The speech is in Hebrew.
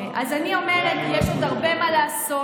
אני אומרת, יש עוד הרבה מה לעשות.